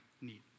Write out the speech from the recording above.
need